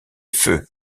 feux